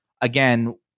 again